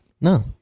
No